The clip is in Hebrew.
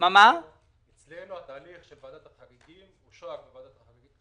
יש לי שתי שאלות: מתי ועדת החריגים מתכנסת במשרד החקלאות ובמשרד האוצר,